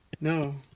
No